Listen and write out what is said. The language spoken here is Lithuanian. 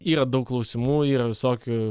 yra daug klausimų yra visokių